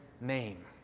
name